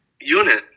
unit